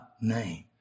name